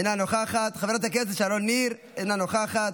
אינה נוכחת, חברת הכנסת שרון ניר, אינה נוכחת,